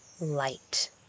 light